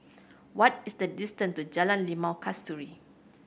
what is the distance to Jalan Limau Kasturi